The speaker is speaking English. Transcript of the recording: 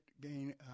gain